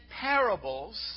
parables